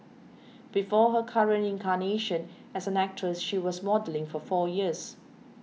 before her current incarnation as an actor she was modelling for four years